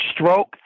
stroke